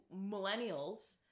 millennials